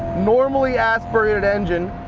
normally aspirated engine.